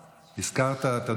חבר הכנסת עמאר,